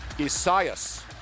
Isaias